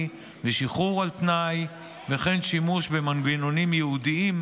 ושחרור על תנאי וכן שימוש במנגנונים ייעודיים,